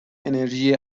انرژی